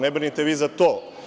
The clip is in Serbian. Ne brinite vi za to.